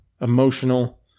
emotional